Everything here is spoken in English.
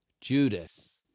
Judas